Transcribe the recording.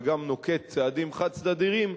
וגם נוקט צעדים חד-צדדיים,